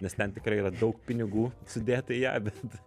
nes ten tikrai yra daug pinigų sudėta į ją bet